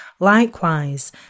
Likewise